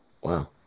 Wow